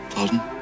Pardon